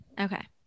okay